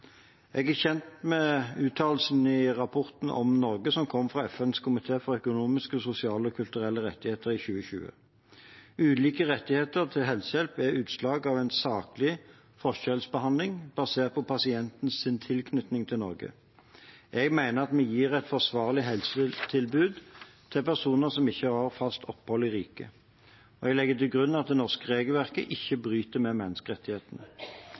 Jeg er kjent med uttalelsen i rapporten om Norge som kom fra FNs komité for økonomiske, sosiale og kulturelle rettigheter i 2020. Ulike rettigheter til helsehjelp er utslag av en saklig forskjellsbehandling basert på pasientens tilknytning til Norge. Jeg mener at vi gir et forsvarlig helsetilbud til personer som ikke har fast opphold i riket. Og jeg legger til grunn at det norske regelverket ikke bryter med menneskerettighetene.